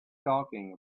talking